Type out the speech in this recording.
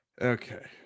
Okay